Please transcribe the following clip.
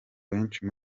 benshi